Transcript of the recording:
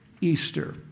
Easter